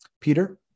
Peter